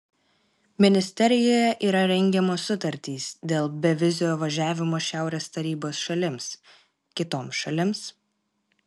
ministerijoje yra rengiamos sutartys dėl bevizio važiavimo šiaurės tarybos šalims kitoms šalims